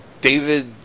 David